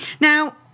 Now